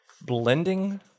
Blending